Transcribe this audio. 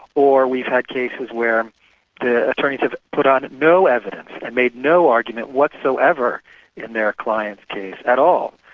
or we've had cases where the attorneys have put on no evidence and made no argument whatsoever in their client's case at all.